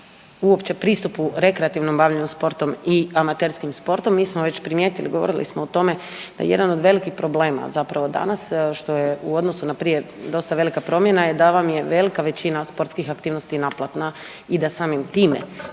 uopće pristupu rekreativnim bavljenjem sportom i amaterskim sportom mi smo već primijetili, govorili smo o tome da je jedan od velikih problema zapravo danas što je u odnosu na prije dosta velika promjena je da vam je velika većina sportskih aktivnosti naplatna i da samim time